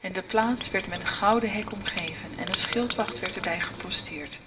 en de plaats werd met een gouden hek omgeven en een schildwacht werd er bij geposteerd